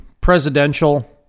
presidential